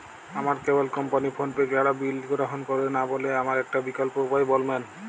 আমার cable company PhonePe ছাড়া bill গ্রহণ করে না বলে আমার একটা বিকল্প উপায় বলবেন?